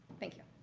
thank you.